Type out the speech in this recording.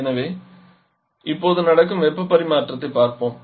எனவே இப்போது நடக்கும் வெப்ப பரிமாற்றத்தைப் பார்ப்போம்